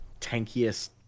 tankiest